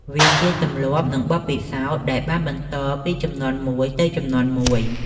វាជាទម្លាប់និងបទពិសោធន៍ដែលបានបន្តពីជំនាន់មួយទៅជំនាន់មួយ។